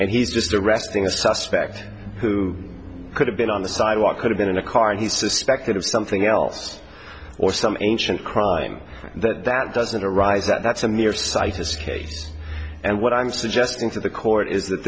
and he's just arresting a suspect who could have been on the sidewalk could have been in a car and he's suspected of something else or some ancient crime that that doesn't arise that that's a mere situs case and what i'm suggesting to the court is that